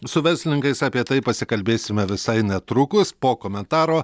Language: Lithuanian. su verslininkais apie tai pasikalbėsime visai netrukus po komentaro